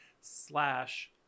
slash